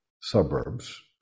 suburbs